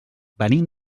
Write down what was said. venim